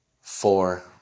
four